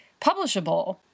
publishable